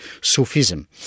Sufism